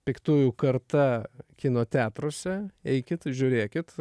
piktųjų karta kino teatruose eikit žiūrėkit